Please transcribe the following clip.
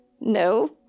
No